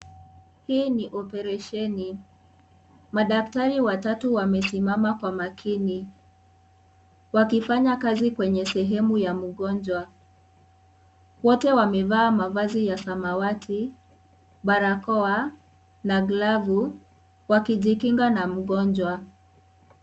Hii ni operesheni. Madaktari watatu wamesimama kwa makini wakifanya kazi kwenye sehemu ya mgonjwa. Wote wamevaa mavazi ya samawati, barakoa na glovu wakijikinga na mgonjwa.